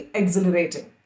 exhilarating